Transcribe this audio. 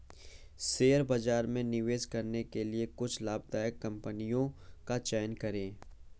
share बाजार में निवेश करने के लिए कुछ लाभदायक कंपनियों का चयन करें